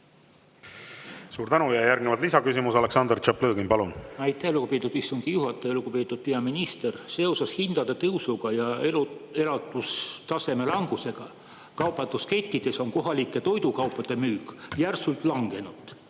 Suur tänu! Järgnevalt lisaküsimus, Aleksandr Tšaplõgin, palun! Aitäh, lugupeetud istungi juhataja! Lugupeetud peaminister! Seoses hindade tõusu ja elatustaseme langusega on kaubanduskettides kohalike toidukaupade müük järsult langenud.